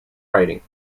riding